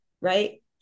Right